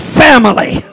family